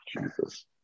Jesus